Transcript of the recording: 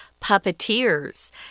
puppeteers